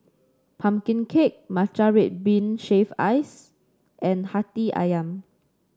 pumpkin cake Matcha Red Bean Shaved Ice and Hati ayam